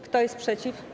Kto jest przeciw?